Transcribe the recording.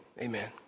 amen